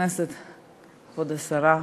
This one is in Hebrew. כבוד השרה,